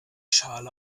schale